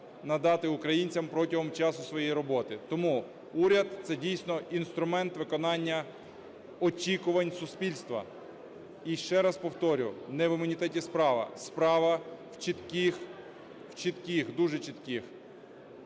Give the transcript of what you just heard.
надати українцям протягом часу своєї роботи. Тому уряд – це дійсно інструмент виконання очікувань суспільства. І ще раз повторю, не в імунітеті справа. Справа в чітких, дуже чітких